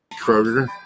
Kroger